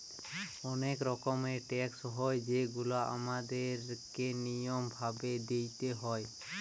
অনেক রকমের ট্যাক্স হয় যেগুলা আমাদের কে নিয়ম ভাবে দিইতে হয়